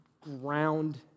ground